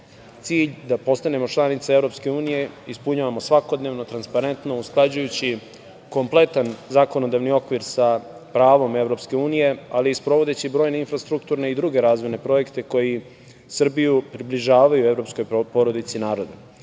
cilj da postanemo članica EU ispunjavamo svakodnevno, transparentno, usklađujući kompletan zakonodavni okvir sa pravom EU, ali i sprovodeći brojne infrastrukturne i druge razvojne projekte koji Srbiju približavaju evropskoj porodici naroda. Isto